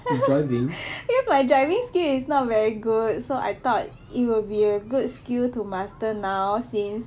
ya my driving skill is not very good so I thought it will be a good skill to master now since